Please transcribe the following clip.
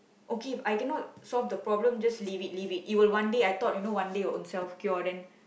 okay If I cannot solve the problem then just leave it leave it it will one day I thought you know one day will ownself cure then